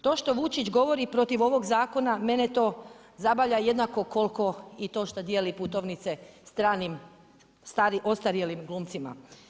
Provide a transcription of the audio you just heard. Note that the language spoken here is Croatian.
To što Vučić govori protiv ovog zakona, mene to zabavlja jednako kolko i to što dijeli putovnice stranim ostarjelim glumcima.